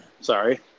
Sorry